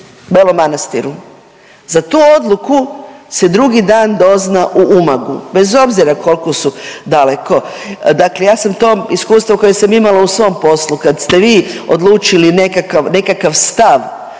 Belom Manastiru, za tu odluku se drugi dan dozna u Umagu bez obzira koliko su daleko. Dakle, ja sam to iskustvo koje sam imala u svojem poslu kad ste vi odlučili nekakav,